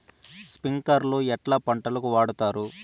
స్ప్రింక్లర్లు ఎట్లా పంటలకు వాడుతారు?